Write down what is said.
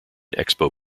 expo